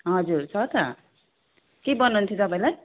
हजुर छ त के बनाउनु थियो तपाईँलाई